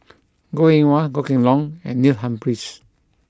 Goh Eng Wah Goh Kheng Long and Neil Humphreys